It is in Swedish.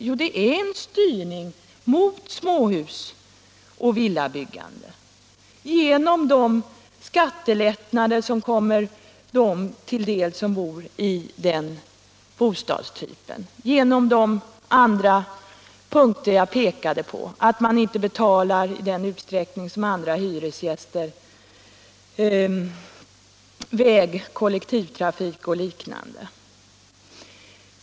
Jo, det är en styrning mot småhus och villabyggande genom de skattelättnader som kommer dem till del som bor i den bostadstypen och genom de andra punkter jag pekade på — att man inte betalar i samma utsträckning som hyresgäster för kollektivtrafik och liknande.